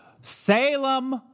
Salem